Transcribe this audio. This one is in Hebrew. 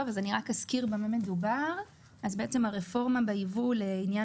אז אני רק אזכיר במה מדובר: הרפורמה בייבוא לעניין